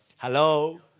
Hello